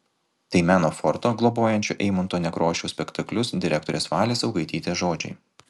tai meno forto globojančio eimunto nekrošiaus spektaklius direktorės valės augaitytės žodžiai